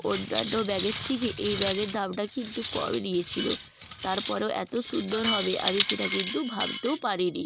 অন্যান্য ব্যাগের থেকে এই ব্যাগের দামটা কিন্তু কমই নিয়েছিলো তারপরেও এতো সুন্দর হবে আমি সেটা কিন্তু ভাবতেও পারি নি